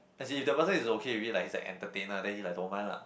as in if the person is okay with it like he's an entertainer then he like don't mind lah